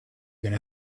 gonna